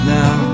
now